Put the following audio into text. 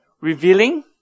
revealing